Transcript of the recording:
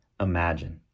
imagine